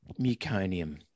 muconium